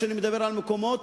כשאני מדבר על מקומות,